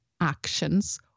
actions